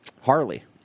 Harley